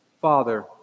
Father